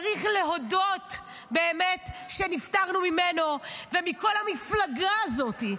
צריך להודות באמת שנפטרנו ממנו ומכל המפלגה הזאת,